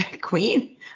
Queen